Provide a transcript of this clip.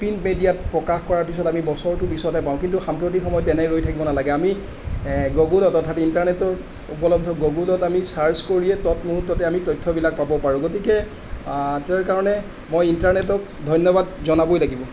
পিন্ট মেডিয়াত প্ৰকাশ কৰাৰ পিছত আমি বছৰটো পিছতহে পাওঁ কিন্তু সাম্প্ৰতিক সময়ত তেনে ৰৈ থাকিব নালাগে আমি গুগুলত অথবা ইণ্টাৰনেটৰ উপলব্ধ গুগুলত আমি চাৰ্ছ কৰিয়ে তৎমূহুৰ্ত্তত আমি তথ্যবিলাক পাব পাৰোঁ গতিকে তাৰ কাৰণে মই ইণ্টাৰনেটক ধন্যবাদ জনাবই লাগিব